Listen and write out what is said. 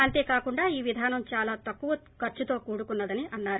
అంతే కాకుండా ఈ విధానం దాలా తక్కువ ఖర్చుతో కూడుకున్నదని అన్నారు